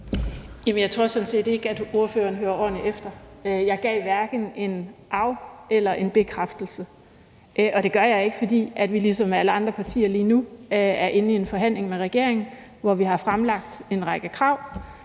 jeg tror sådan set ikke, at ordføreren hører ordentligt efter. Jeg gav hverken en af- eller en bekræftelse, og det gjorde jeg ikke, fordi vi ligesom alle andre partier lige nu er inde i en forhandling med regeringen, hvor vi har fremlagt en række krav.